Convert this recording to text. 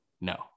No